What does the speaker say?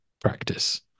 practice